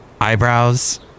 eyebrows